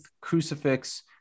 crucifix